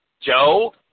Joe